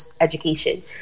education